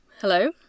Hello